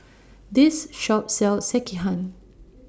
This Shop sells Sekihan